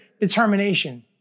determination